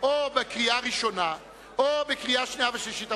או בקריאה ראשונה או בקריאה שנייה ושלישית.